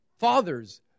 Fathers